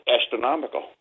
astronomical